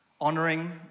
honoring